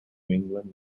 england